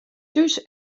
thús